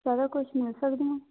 ਸਾਰਾ ਕੁਛ ਮਿਲ ਸਕਦੀਆਂ